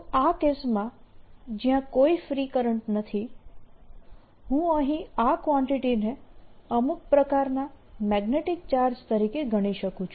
તો આ કેસમાં જ્યાં કોઈ ફ્રી કરંટ નથી હું અહીં આ કવાન્ટીટી ને અમુક પ્રકારના મેગ્નેટીક ચાર્જ તરીકે ગણી શકું છું